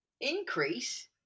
Increase